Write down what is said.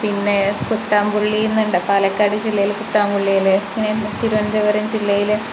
പിന്നെ പുത്താമ്പുള്ളിന്ന് ഉണ്ട് പാലക്കാട് ജില്ലയിലൊക്കെ പുത്താമ്പുള്ളിയിൽ പിന്നെ തിരുവനന്തപുരം ജില്ലയിൽ